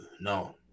No